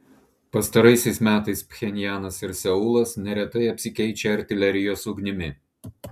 pastaraisiais metais pchenjanas ir seulas neretai apsikeičia artilerijos ugnimi